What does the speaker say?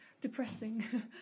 depressing